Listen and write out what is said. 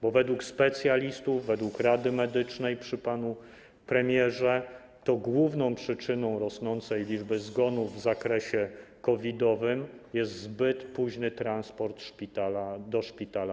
Bo według specjalistów, według Rady Medycznej przy panu premierze główną przyczyną rosnącej liczby zgonów w zakresie COVID-owym jest zbyt późny transport pacjenta do szpitala.